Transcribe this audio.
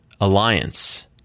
Alliance